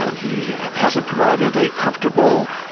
ah he hasn't provided a comfortable,